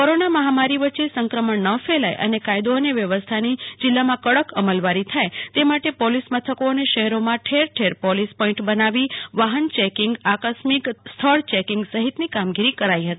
corona મહામારી વચ્ચે સંક્રમણ ન ફેલાય અને કાયદો અને વ્યવસ્થાની જીલ્લામાં કડક અમલવારી થાય તે માટે પોલીસ મથકો અને શહેરોમાં ઠેર ઠેર પોલીસ પોઈન્ટ બનાવી વાહન ચેકિંગ આકસ્મિક સ્થળ ચેકિંગ વગેરેની કામગીરી કરાઈ હતી